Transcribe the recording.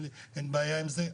אין בעיה עם זה,